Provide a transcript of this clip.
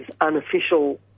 unofficial